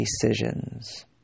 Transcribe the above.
decisions